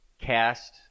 cast